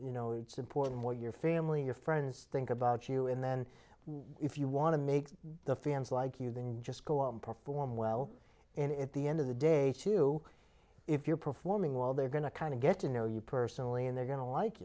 you know it's important for your family your friends think about you and then if you want to make the fans like you than just go out and perform well and at the end of the day too if you're performing well they're going to kind of get to know you personally and they're going to like